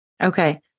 Okay